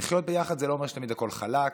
לחיות ביחד זה לא אומר שתמיד הכול חלק,